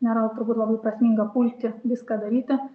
nėra turbūt labai prasminga pulti viską daryti